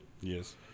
Yes